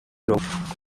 group